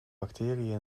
bacteriën